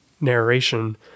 narration